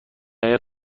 آید